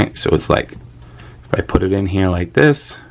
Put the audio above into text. so it's like, if i put it in here like this,